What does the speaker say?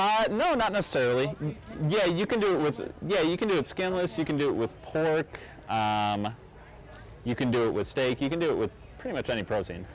know not necessarily yeah you can do it yeah you can do it skinless you can do it with you can do it with steak you can do it with pretty much any president